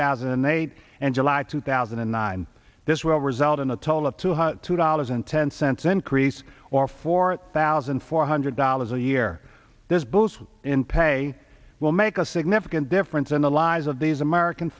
thousand and eight and july two thousand and nine this will result in a total of two hundred two dollars and ten cents increase or four thousand four hundred dollars a year there's booze in pay will make a significant difference in the lives of these american